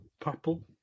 purple